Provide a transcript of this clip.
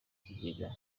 kigega